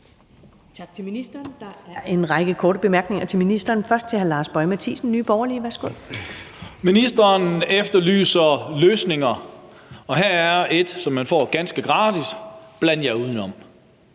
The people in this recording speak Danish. Ministeren efterlyser løsninger, og her er en, som han får ganske gratis: Bland jer udenom.